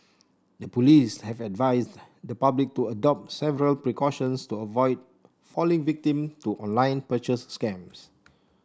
the police have advised the public to adopt several precautions to avoid falling victim to online purchase scams